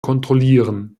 kontrollieren